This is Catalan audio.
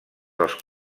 als